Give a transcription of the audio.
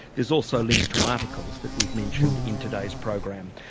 there's also links to articles that we've mentioned in today's program.